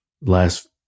last